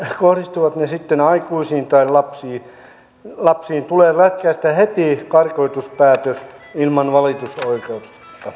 kohdistuvat ne sitten aikuisiin tai lapsiin lapsiin tulee lätkäistä heti karkotuspäätös ilman valitusoikeutta